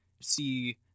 see